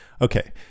Okay